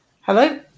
Hello